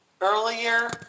earlier